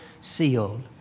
sealed